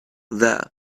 there